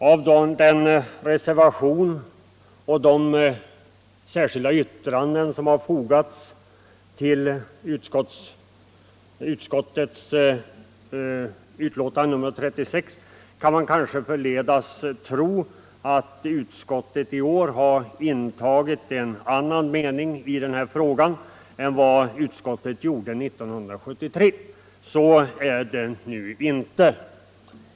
Av den reservation och de särskilda yttranden som fogats till utskottets betänkande nr 36 kan man kanske förledas tro att utskottet i år intagit en annan ståndpunkt i frågan än 1973. Så är det nu inte.